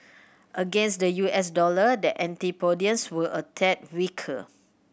against the U S dollar the antipodeans were a tad weaker